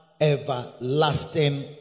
everlasting